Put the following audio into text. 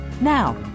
Now